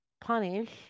punish